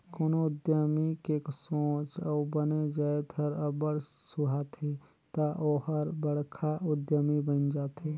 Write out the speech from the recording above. कोनो उद्यमी के सोंच अउ बने जाएत हर अब्बड़ सुहाथे ता ओहर बड़खा उद्यमी बइन जाथे